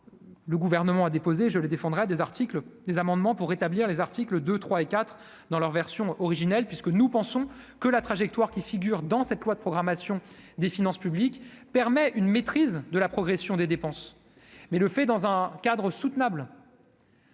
le gouvernement a déposé, je les défendrai des articles et des amendements pour rétablir les articles 2 3 et 4 dans leur version originale puisque nous pensons que la trajectoire qui figure dans cette loi de programmation des finances publiques permet une maîtrise de la progression des dépenses, mais le fait dans un cadre soutenable.